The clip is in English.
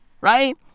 right